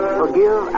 forgive